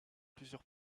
plusieurs